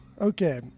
Okay